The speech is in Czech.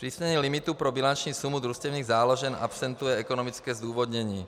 Zpřísnění limitu pro bilanční sumu družstevních záložen absentuje ekonomické zdůvodnění.